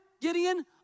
Gideon